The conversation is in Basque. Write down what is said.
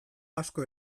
asko